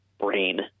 brain